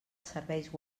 serveis